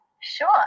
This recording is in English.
sure